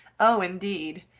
oh, indeed!